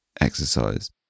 exercise